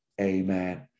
amen